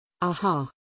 Aha